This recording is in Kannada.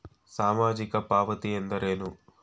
ಸಾಮಾಜಿಕ ಪಾವತಿ ಎಂದರೇನು?